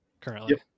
currently